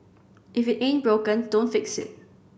if it ain't broken don't fix it